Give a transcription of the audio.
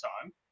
time